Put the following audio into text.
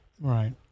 Right